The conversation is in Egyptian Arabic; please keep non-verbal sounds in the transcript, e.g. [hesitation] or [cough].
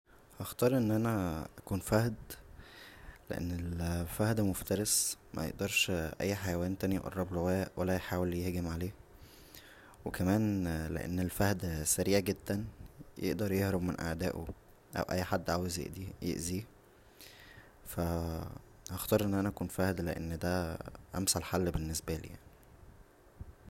هختار ان انا اكون فهد لان الفهد مفترس ميقدرش اى حيوان تانى يقربله ولا يحاول يهجم عليه و كمان لان الفهد سريع جدا يقدر يهرب من اعدائه او اى حد عاوز [hesitation] ياذيه فا هختار ان انا اكون فهد لان دا امثل حل بالنسبالى يعنى